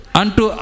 unto